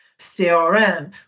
CRM